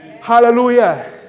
Hallelujah